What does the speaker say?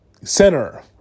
center